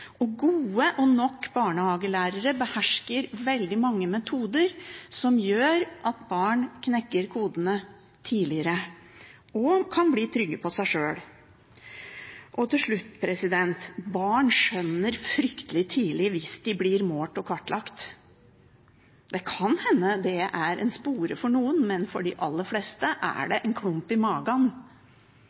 kan bli trygge på seg sjøl. Til slutt: Barn skjønner fryktelig tidlig at de blir målt og kartlagt. Det kan hende det er en spore for noen, men for de aller fleste er det en klump i magen.